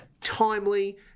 timely